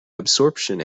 absorption